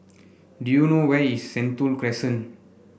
do you know where is Sentul Crescent